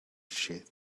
sheath